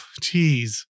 Jeez